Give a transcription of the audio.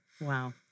Wow